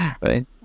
right